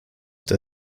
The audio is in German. der